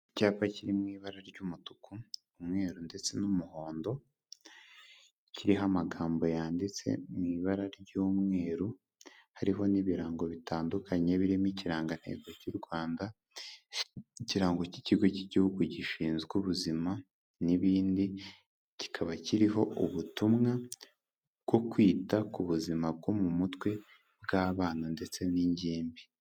Icyapa kiri mu ibara ry'umutuku, umweru, ndetse n'umuhondo, kiriho amagambo yanditse mu ibara ry'umweru. Hariho n'ibirango bitandukanye birimo ikirangantego cy'u Rwanda, ikirango cy'ikigo cy'Igihugu gishinzwe ubuzima n'ibindi, kikaba kiriho ubutumwa bwo kwita ku buzima bwo mu mutwe bw'abana ndetse n'ingimbi.